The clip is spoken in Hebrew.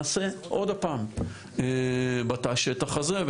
נעשה עוד הפעם בתא השטח הזה.